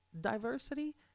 diversity